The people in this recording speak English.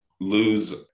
lose